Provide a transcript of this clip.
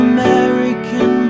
American